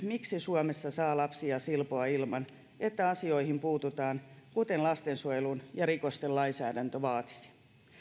miksi suomessa saa lapsia silpoa ilman että asioihin puututaan kuten lastensuojelun ja rikosten lainsäädäntö vaatisi